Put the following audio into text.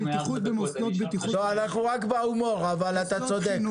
אנחנו בהומור אבל אתה צודק.